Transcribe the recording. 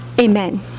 Amen